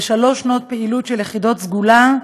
בשלוש שנות פעילות של "יחידות סגולה",